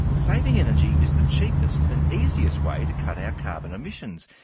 saving energy is the cheapest and easiest way to cut our carbon emissions,